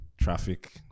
traffic